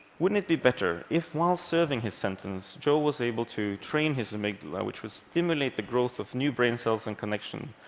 wouldn't it be better if, while serving his sentence, joe was able to train his amygdala, which would stimulate the growth of new brain cells and connections,